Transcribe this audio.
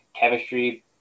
chemistry